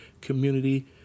Community